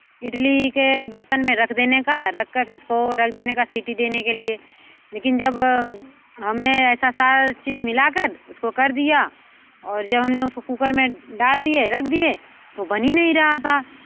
इडली के बर्तन में रख देने का रख कर फिर उसको रख देने का सीटी देने के लिए लेकिन जब हमने ऐसा सारा चीज़ मिला कर उसको कर दिया और जो हमने उसको कुकर में डाल दिए रख दिए तो बनी नहीं रहा था